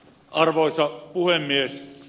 arvoisa puhemies